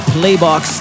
Playbox